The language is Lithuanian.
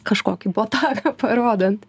kažkokį botagą parodant